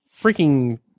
freaking